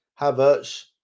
Havertz